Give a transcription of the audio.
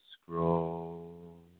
scroll